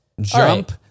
Jump